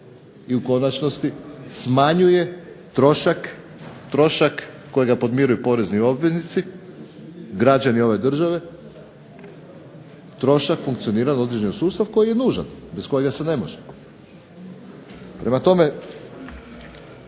i u konačnosti smanjuje trošak kojega podmiruju porezni obveznici, građani ove države, trošak funkcioniranja …/Govornik se ne razumije./… sustav koji je nužan, bez kojega se ne može. Prema tome,